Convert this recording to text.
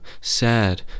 sad